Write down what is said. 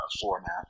format